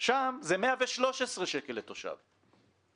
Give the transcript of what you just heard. זה 113 שקל לתושב,